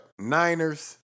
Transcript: Niners